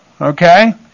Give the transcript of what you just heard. okay